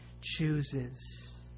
chooses